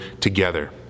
together